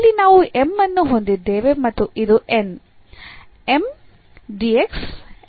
ಇಲ್ಲಿ ನಾವು M ಅನ್ನು ಹೊಂದಿದ್ದೇವೆ ಮತ್ತು ಇದು N M dx N dy